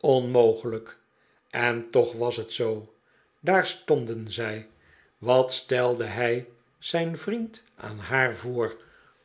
onmogelijk en toch was net zoo daar stonden zij wat stelde hij zijn vriend aan haar voor